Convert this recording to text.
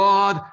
God